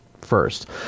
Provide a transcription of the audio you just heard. first